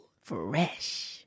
Fresh